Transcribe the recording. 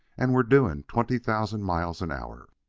and we're doing twenty thousand miles an hour.